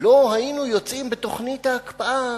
לא היינו יוצאים בתוכנית ההקפאה,